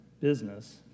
business